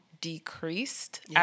decreased